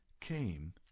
came